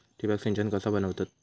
ठिबक सिंचन कसा बनवतत?